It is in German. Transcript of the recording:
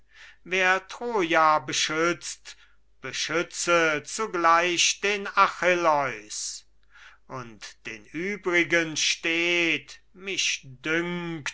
wer troja beschützt beschütze zugleich den achilleus und den übrigen steht mich